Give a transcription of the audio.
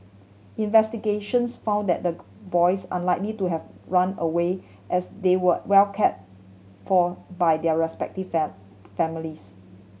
investigations found that the boys unlikely to have run away as they were well care for by their respective fame families